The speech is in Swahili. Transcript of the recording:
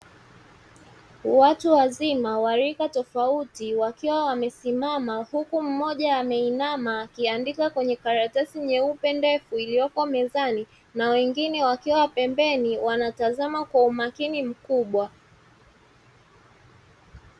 Watu wazima wa rika tofauti wakiwa wamesimama, huku mmoja ameinama akiandika kwenye karatasi nyeupe ndefu iliyopo mezani na wengine wakiwa pembeni wanatazama kwa umakini mkubwa.